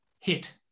Hit